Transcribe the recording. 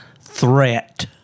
threat